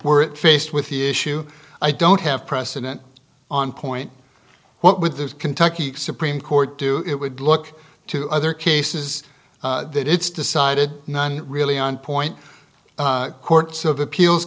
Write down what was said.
were faced with the issue i don't have precedent on point what with the kentucky supreme court do it would look to other cases that it's decided none really on point courts of appeals